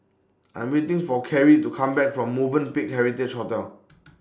I'm waiting For Karie to Come Back from Movenpick Heritage Hotel